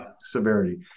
severity